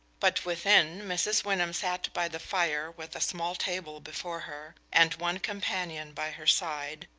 but within, mrs. wyndham sat by the fire with a small table before her, and one companion by her side,